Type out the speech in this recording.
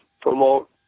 promote